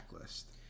list